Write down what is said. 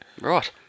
Right